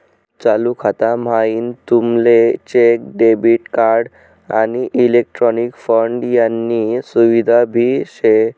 चालू खाता म्हाईन तुमले चेक, डेबिट कार्ड, आणि इलेक्ट्रॉनिक फंड यानी सुविधा भी शे